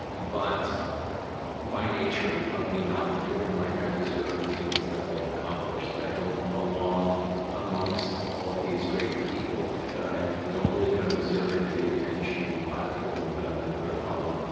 but by nature of of me not feeling like i deserve the things that i've accomplished, that i don't belong amongst all of these great people, that i don't believe that i'm deserving of the attention and the platform that i've been put upon.